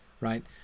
right